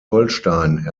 holstein